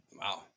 Wow